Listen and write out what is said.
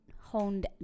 honed